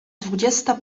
dwudziesta